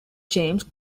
james